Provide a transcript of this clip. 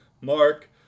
mark